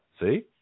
See